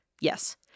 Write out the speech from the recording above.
Yes